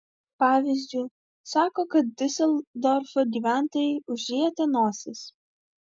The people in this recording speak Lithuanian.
pavyzdžiui sako kad diuseldorfo gyventojai užrietę nosis